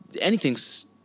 anything's